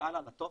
והלאה לטופס.